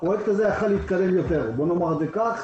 הפרויקט הזה יכול היה להתקדם יותר בואו נאמר את זה ככה.